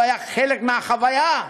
הוא היה חלק מהחוויה,